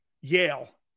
Yale